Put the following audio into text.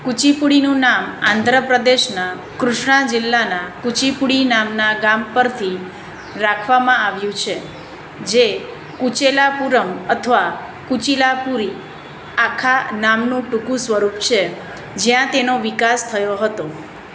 કુચીપુડીનું નામ આંધ્રપ્રદેશના કૃષ્ણા જિલ્લાનાં કુચીપુડી નામનાં ગામ પરથી રાખવામાં આવ્યું છે જે કુચેલાપુરમ અથવા કુચિલાપુરી આખા નામનું ટૂંકું સ્વરૂપ છે જ્યાં તેનો વિકાસ થયો હતો